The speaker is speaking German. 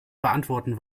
beantworten